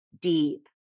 deep